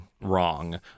wrong